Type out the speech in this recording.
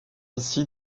ainsi